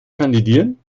kandidieren